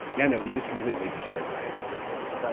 yeah, no, he just completely destroys that in this interview. but